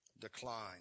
decline